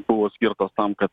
buvo skirtas tam kad